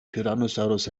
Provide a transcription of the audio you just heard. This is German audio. tyrannosaurus